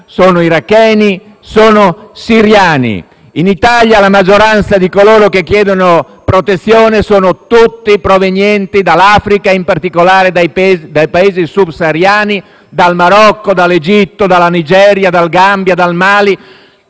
iracheni e siriani; in Italia la maggioranza di coloro che chiedono protezione proviene dall'Africa, in particolare dai Paesi subsahariani, dal Marocco, dall'Egitto, dalla Nigeria, dal Gambia e dal Mali,